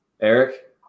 Eric